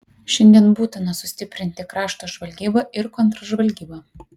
šiandien būtina sustiprinti krašto žvalgybą ir kontržvalgybą